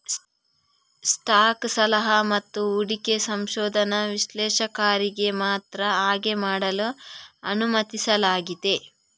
stock ಸಲಹಾ ಮತ್ತು ಹೂಡಿಕೆ ಸಂಶೋಧನಾ ವಿಶ್ಲೇಷಕರಿಗೆ ಮಾತ್ರ ಹಾಗೆ ಮಾಡಲು ಅನುಮತಿಸಲಾಗಿದೆ